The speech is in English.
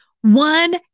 One